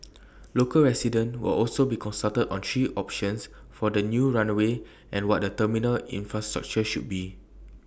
local residents will also be consulted on three options for the new runway and what the terminal infrastructure should be